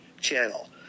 channel